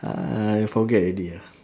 I forget already ah